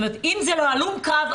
אם זה לא הלום קרב,